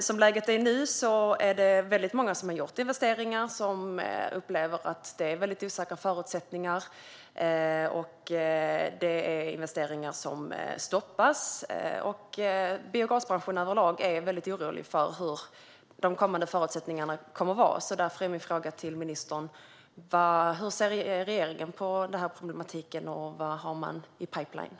Som läget är nu är det väldigt många som har gjort investeringar som upplever att det är mycket osäkra förutsättningar, och det är investeringar som stoppas. Biogasbranschen överlag är väldigt orolig för hur de kommande förutsättningarna kommer att vara. Därför är min fråga till ministern: Hur ser regeringen på den här problematiken, och vad har man i pipeline?